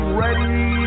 ready